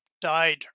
died